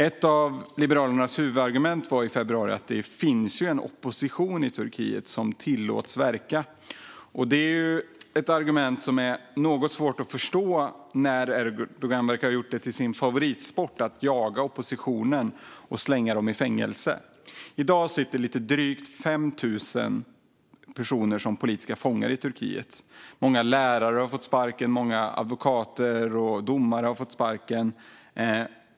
Ett av Liberalernas huvudargument i februari var att det finns en opposition i Turkiet som tillåts verka. Det är ett argument som är något svårt att förstå när Erdogan verkar ha gjort det till sin favoritsport att jaga oppositionen och slänga den i fängelse. I dag sitter lite drygt 5 000 personer som politiska fångar i Turkiet. Många lärare, advokater och domare har fått sparken.